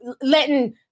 letting